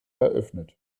eröffnet